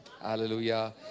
Hallelujah